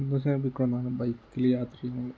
സന്തോഷം കഴിപ്പിക്കുന്ന ഒന്നാണ് ബൈക്കിൽ യാത്ര ചെയ്യാക എന്നുള്ളത്